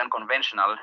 unconventional